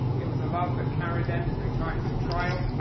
it was a love that carried them through times of trial,